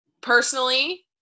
Personally